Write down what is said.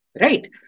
Right